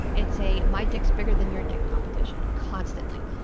it's a my dick's bigger than your dick competition, constantly.